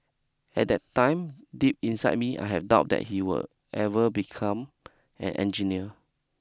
at that time deep inside me I had doubt that he would ever become an engineer